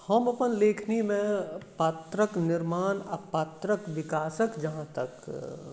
हम अपन लेखनीमे पात्रक निर्माण आ पात्रक विकासक जहाँ तक